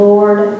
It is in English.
Lord